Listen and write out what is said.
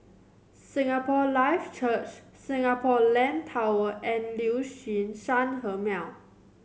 Singapore Life Church Singapore Land Tower and Liuxun Sanhemiao